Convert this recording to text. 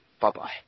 bye-bye